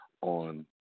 on